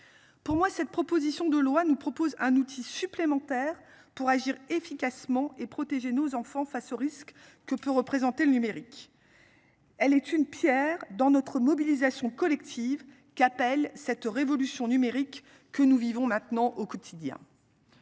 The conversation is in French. Pour moi, cette proposition de loi nous propose un outil supplémentaire pour agir efficacement et protéger nos enfants, face aux risques que peut représenter le numérique. Elle est une Pierre dans notre mobilisation collective Capel cette révolution numérique que nous vivons maintenant au quotidien.